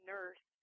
Nurse